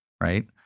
Right